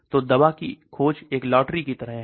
तो दवा की खोज एक लॉटरी की तरह है